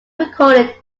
recorded